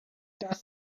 das